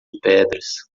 pedras